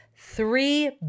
three